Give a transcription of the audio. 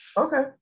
okay